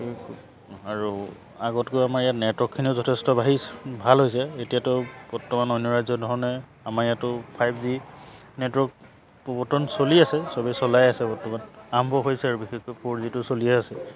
আৰু আগতকৈ আমাৰ ইয়াত নেটৱৰ্কখিনিও যথেষ্ট বাঢ়িছে ভাল হৈছে এতিয়াতো বৰ্তমান অন্য ৰাজ্যৰ ধৰণে আমাৰ ইয়াতো ফাইভ জি নেটৱৰ্ক প্ৰৱৰ্তন চলি আছে চবেই চলাই আছে বৰ্তমান আৰম্ভ হৈছে আৰু বিশেষকৈ ফ'ৰ জিটো চলিয়ে আছে